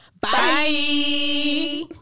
bye